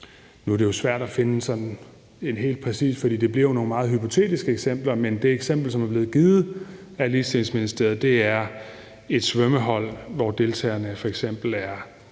Nu er det jo svært at finde et helt præcist eksempel, for det bliver nogle lidt hypotetiske eksempler, men det eksempel, som er blevet givet af Ligestillingsministeriet, er et svømmehold, hvor deltagerne f.eks.